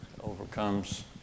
overcomes